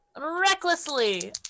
Recklessly